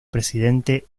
presidente